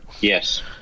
Yes